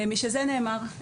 משזה נאמר,